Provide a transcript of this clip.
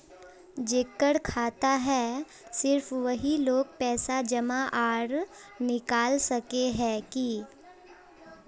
जेकर खाता है सिर्फ वही लोग पैसा जमा आर निकाल सके है की?